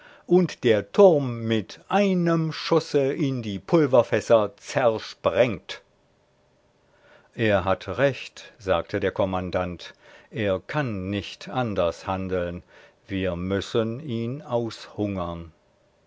und der turm mit einem schusse in die pulverfässer zersprengt er hat recht sagte der kommandant er kann nicht anders handeln wir müssen ihn aushungern